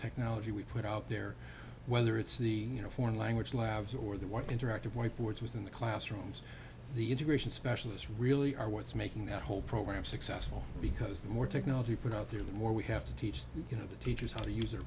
technology we put out there whether it's the you know foreign language labs or the one interactive whiteboards within the classrooms the integration specialists really are what's making that whole program successful because the more technology put out there the more we have to teach you know the teachers how to use